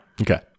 okay